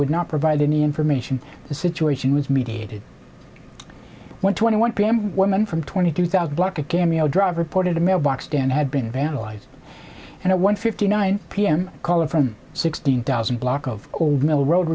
would not provide any information the situation was mediated one twenty one p m woman from twenty two thousand block a cameo drive reported the mailbox stand had been vandalized and at one fifty nine pm caller from sixteen thousand block of old mill road